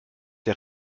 der